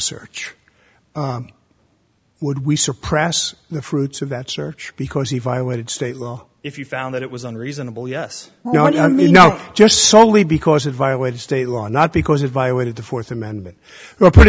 search would we suppress the fruits of that search because he violated state law if you found that it was on reasonable yes no i mean no just solely because it violated state law not because it violated the fourth amendment o